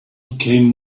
became